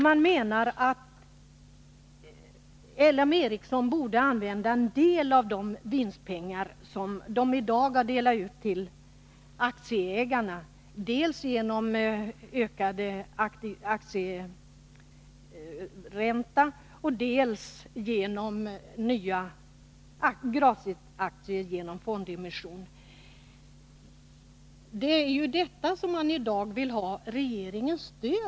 Man menar att LM Ericsson borde använda en del av de vinstpengar som i dag delas ut till aktieägarna, dels i form av höjd aktieränta, dels i form av nya gratisaktier genom fondemission. Det är ju i detta avseende som man vill ha regeringens stöd.